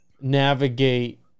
navigate